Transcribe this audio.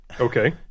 Okay